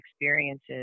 experiences